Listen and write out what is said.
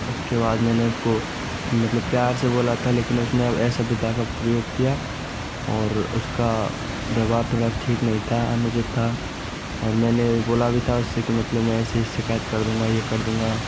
उसके बाद मैंने उसको मतलब प्यार से बोला था लेकिन उसने अब असभ्यता का प्रयोग किया और उसका व्यवहार थोड़ा ठीक नहीं था अनुचित था और मैंने भी बोला भी था उससे कि मतलब मैं ऐसे शिकायत कर दूंगा ये कर दूंगा